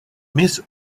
miss